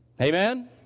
Amen